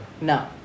No